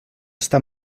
està